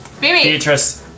Beatrice